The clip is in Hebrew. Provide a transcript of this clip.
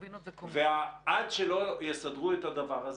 בהשוואה לזה שאנחנו אומרים